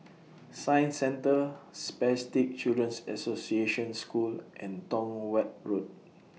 Science Centre Spastic Children's Association School and Tong Watt Road